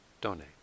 donate